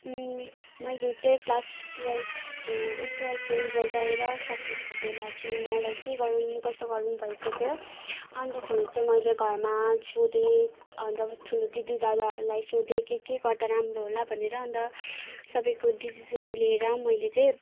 मैले चाहिँ क्लास टुवेल्भको टुवेल्भको रिजल्ट आएर सकेको बेला चाहिँ मलाई के गरुम् कसो गरुम् भएको थियो अन्तखेरि चै मैले घरमा सोधेँ अन्त अब् ठुलो दिदी दादाहरूलाई सोधेँ केके गर्दा राम्रो होला भनेर अन्त सबैको डिसिसन लिएर मैले चै